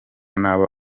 nabo